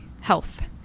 health